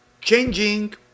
changing